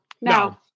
no